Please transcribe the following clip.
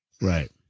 right